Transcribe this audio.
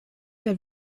der